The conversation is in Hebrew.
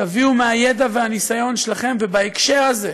תביאו מהידע ומהניסיון שלכם, ובהקשר הזה,